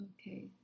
Okay